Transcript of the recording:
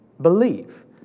believe